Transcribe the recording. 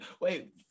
Wait